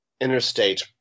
interstate